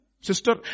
sister